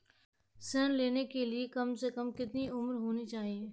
ऋण लेने के लिए कम से कम कितनी उम्र होनी चाहिए?